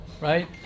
right